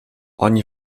oni